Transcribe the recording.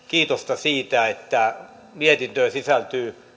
kiitosta siitä että mietintöön sisältyy